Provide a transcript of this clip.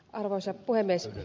arvoisa puhemies